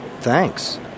Thanks